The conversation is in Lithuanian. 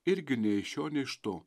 irgi ne iš šio nei iš to